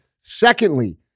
Secondly